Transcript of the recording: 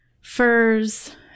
furs